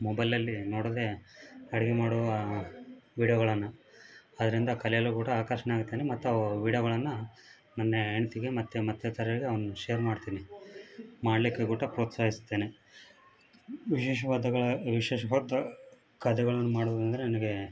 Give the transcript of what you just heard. ಮೊಬೈಲಲ್ಲಿ ನೋಡೋದೇ ಅಡ್ಗೆ ಮಾಡುವ ವಿಡಿಯೋಗಳನ್ನು ಅದ್ರಿಂದ ಕಲಿಯಲು ಕೂಡ ಆಕರ್ಷಣೆ ಆಗ್ತೇನೆ ಮತ್ತು ಅವು ವಿಡಿಯೋಗಳನ್ನು ನನ್ನ ಹೆಂಡತಿಗೆ ಮತ್ತು ಮತ್ತಿತರರಿಗೆ ಒಂದು ಶೇರ್ ಮಾಡ್ತೀನಿ ಮಾಡಲಿಕ್ಕೆ ಕೂಡ ಪ್ರೋತ್ಸಾಹಿಸ್ತೇನೆ ವಿಶೇಷವಾದಗಳ ವಿಶೇಷವಾದ ಖಾದ್ಯಗಳನ್ನು ಮಾಡುವುದೆಂದ್ರೆ ನನಗೆ